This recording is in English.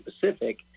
Pacific